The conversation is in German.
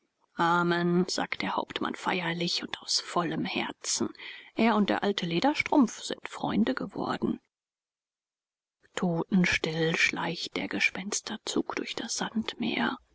amen sagt der hauptmann feierlich und aus vollem herzen er und der alte lederstrumpf sind freunde geworden totenstill schleicht der gespensterzug durch das sandmeer